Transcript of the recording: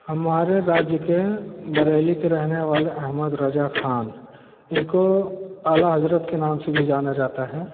हमारे राज्य के बरैली के रहने वाले अहेमद रज़ा ख़ान इनको आला हज़रत के नाम से भी जाना जाता है